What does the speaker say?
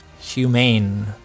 humane